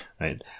right